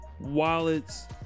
wallets